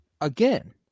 Again